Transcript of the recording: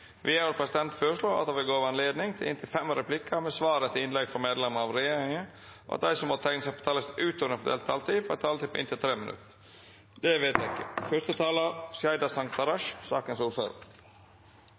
Vidare vil presidenten føreslå at det vert gjeve anledning til inntil fem replikkar med svar etter innlegg frå medlemer av regjeringa, og at dei som måtte teikna seg på talarlista utover den fordelte taletida, får ei taletid på inntil 3 minutt. – Det er vedteke.